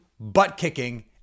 butt-kicking